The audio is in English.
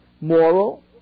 moral